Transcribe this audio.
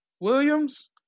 Williams